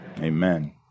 Amen